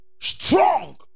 strong